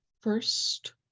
first